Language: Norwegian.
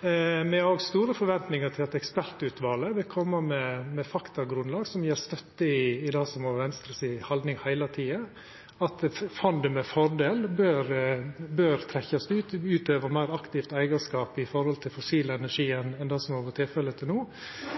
Me har òg store forventingar til ekspertutvalet. Det kjem med faktagrunnlag som gjev støtte til det som har vore Venstres haldning heile tida, at fondet med fordel bør trekkjast ut, og at ein utøver meir aktiv eigarskap med omsyn til fossil energi